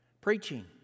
Preaching